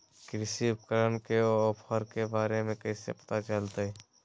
कृषि उपकरण के ऑफर के बारे में कैसे पता चलतय?